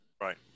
Right